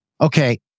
Okay